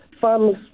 farmers